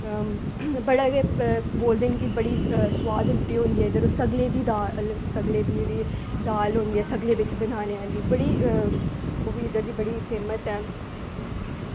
बड़े गै बोलदे न कि बड़ी सोआद रुट्टी होंदी ऐ इद्धर सगलै दी दाल एह् सगलै दी जेह्ड़ी दाल होंदी सगलै बिच बनाने आह्ली बड़ी ओह् इद्धर दी बड़ी फेमस ऐ